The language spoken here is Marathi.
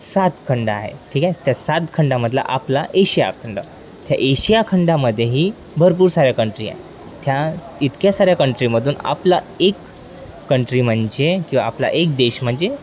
सात खंड ह आहे ठीक आहे त्या सातखंडामधला आपला एशिया खंड त्या एशिया खंडामध्येही भरपूर साऱ्या कंट्री आहे त्या इतक्या साऱ्या कंट्रीमधून आपला एक कंट्री म्हणजे किंवा आपला एक देश म्हणजे